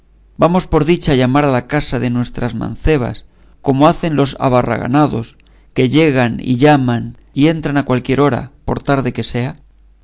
vamos por dicha a llamar a la casa de nuestras mancebas como hacen los abarraganados que llegan y llaman y entran a cualquier hora por tarde que sea